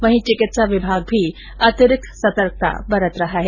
वहीं चिकित्सा विभाग भी अतिरिक्त सतर्कत बरत रहा है